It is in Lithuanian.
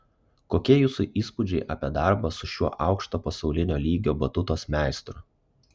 kokie jūsų įspūdžiai apie darbą su šiuo aukšto pasaulinio lygio batutos meistru